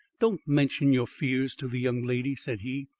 don't mention your fears to the young lady, said he.